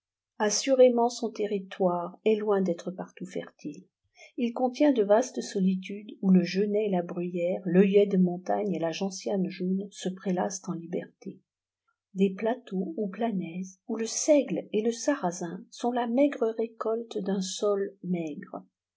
assurément son territoire est loin d'être partout fertile il contient de vastes solitudes où le genêt et la bruyère l'œillet de montagne et la gentiane jaune se prélassent en liberté des plateaux ou planèzes où le seigle et le sarrazin sont la maigre récolte d'un sol maigre